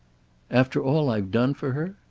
after all i've done for her?